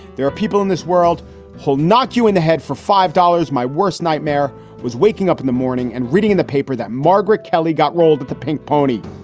there are people in this world who'll knock you in the head for five dollars. my worst nightmare was waking up in the morning and reading in the paper that margaret kelly got rolled at the pink pony.